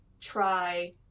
try